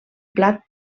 plat